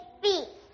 feet